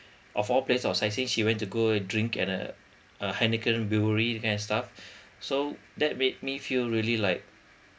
of all place of sightseeing she went to go and drink at a a heineken brewery that kind of stuff so that made me feel really like